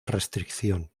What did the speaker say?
restricción